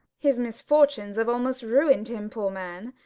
his misfortunes have almost ruined him, poor man.